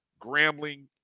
Grambling